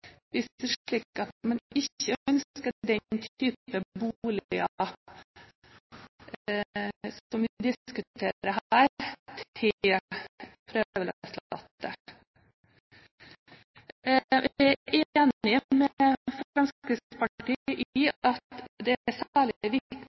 er slik at man ikke ønsker denne type boliger som vi diskuterer her til prøveløslatte? Jeg er enig med Fremskrittspartiet i